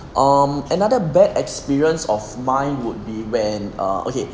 um another bad experience of mine would be when okay